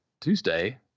Tuesday